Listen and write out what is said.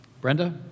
Brenda